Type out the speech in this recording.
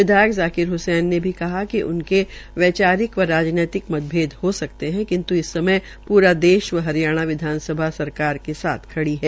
विधायक जाकिर हसैन ने भी कहा कि उनके वैचारिक व राजनैतिक मतभेद हो सकते है किन्त् इस समय पूरा देश व हरियाणा विधानसभा सरकार के साथ खड़ी है